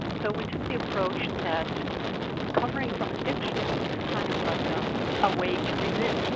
so we took the approach that recovering from addiction is kind of like um a way to resist,